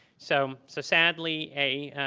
so so sadly a